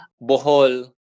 Bohol